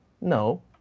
no